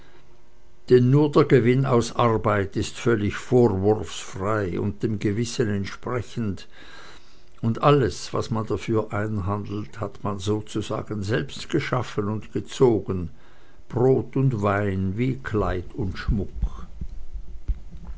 denn nur der gewinn aus arbeit ist völlig vorwurfsfrei und dem gewissen entsprechend und alles was man dafür einhandelt hat man sozusagen selbst geschaffen und gezogen brot und wein wie kleid und schmuck